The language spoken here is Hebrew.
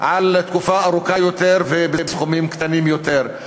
על תקופה ארוכה יותר ובסכומים קטנים יותר.